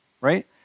right